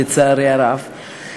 לצערי הרב.